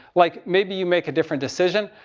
like, maybe you make a different decision.